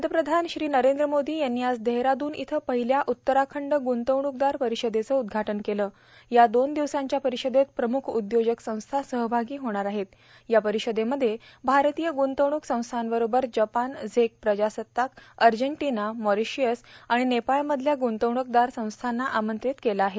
पंतप्रधान नरेंद्र मोदी यांनी आज देहरादून इथं पहिल्या उत्तराखंड ग्ंतवणूकदार परिषदेचं उद्घाटन केलं या दोन दिवसांच्या परिषदेत प्रम्ख उदयोजक संस्था सहभागी होणार आहेत या परिषदेमध्ये भारतीय ग्रंतवण्क संस्थांबरोबर जपान झेक प्रजासत्ताक अर्जेटिना मॉरिशस आणि नेपाळमधल्या ग्ंतवणूकदार संस्थांना आमंत्रित केलं आहे